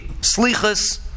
Slichas